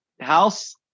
House